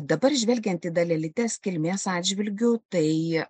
dabar žvelgiant į dalelytes kilmės atžvilgiu tai